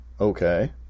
Okay